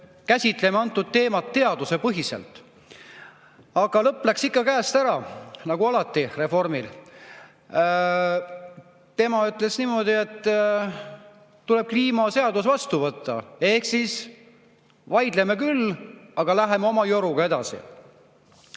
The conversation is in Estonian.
käsitleme teemat teaduspõhiselt, aga lõpp läks ikka käest ära, nagu Reformi[erakonna]l alati. Tema ütles niimoodi, et tuleb kliimaseadus vastu võtta. Ehk siis vaidleme küll, aga läheme oma joruga edasi.